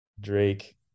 Drake